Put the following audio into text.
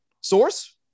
Source